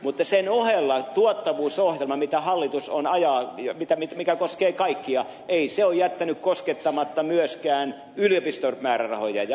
mutta sen ohella tuottavuusohjelma mitä hallitus ajaa mikä koskee kaikkia ei ole jättänyt koskettamatta myöskään yliopistojen määrärahoja ja opetusministeriötä